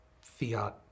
Fiat